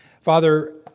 Father